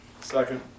Second